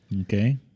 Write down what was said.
okay